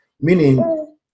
meaning